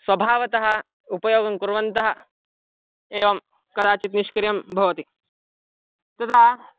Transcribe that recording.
स्वभावतः उपयोगङ्कुर्वन्तः एवं कदाचित् निष्क्रियं भवति तदा